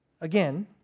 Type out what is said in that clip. again